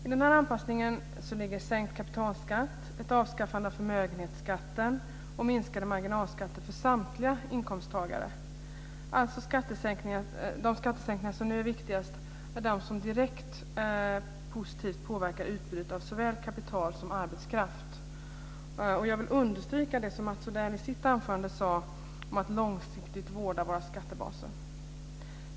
I denna anpassning ligger sänkt kapitalskatt, ett avskaffande av förmögenhetsskatten och minskade marginalskatter för samtliga inkomsttagare. De skattesänkningar som nu är viktigast är de som direkt positivt påverkar utbudet av såväl kapital som arbetskraft. Jag vill understryka det som Mats Odell sade i sitt anförande om att långsiktigt vårda våra skattebaser.